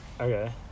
okay